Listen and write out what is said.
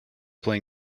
play